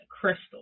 crystal